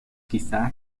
quizá